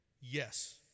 Yes